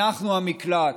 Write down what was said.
אנחנו המקלט,